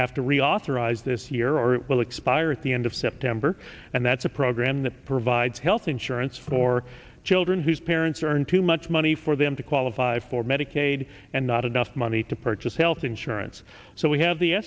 have to reauthorize this year or it will expire at the end of september and that's a program that provides health insurance for children whose parents are in too much money for them to qualify for medicaid and not enough money to purchase health insurance so we have the